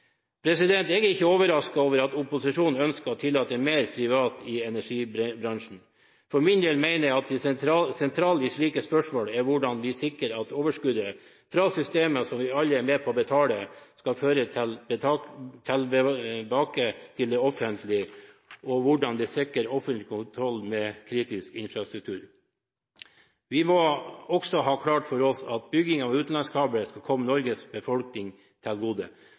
min del mener jeg at det som er det sentrale i slike spørsmål, er hvordan vi sikrer at overskuddet fra systemer som vi alle er med på å betale for, føres tilbake til det offentlige, og hvordan vi sikrer offentlig kontroll med kritisk infrastruktur. Vi må også ha klart for oss at bygging av utenlandskabler skal komme Norges befolkning til gode.